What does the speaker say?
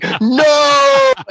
No